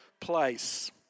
place